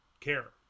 care